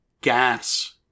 gas